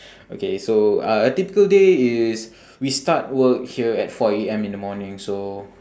okay so uh a typical day is we start work here at four A_M in the morning so